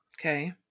Okay